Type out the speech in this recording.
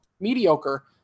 mediocre